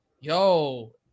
yo